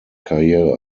karriere